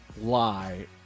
lie